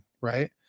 Right